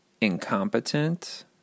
incompetent